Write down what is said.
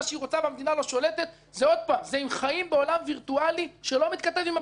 והמדינה לא שולטת זה אם חיים בעולם וירטואלי שלא מתכתב עם המציאות.